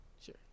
Sure